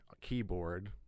keyboard